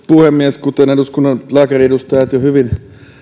puhemies kuten eduskunnan lääkäriedustajat jo hyvin